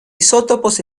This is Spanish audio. isótopos